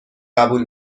قبول